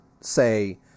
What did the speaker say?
say